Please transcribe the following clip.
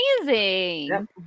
amazing